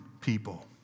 people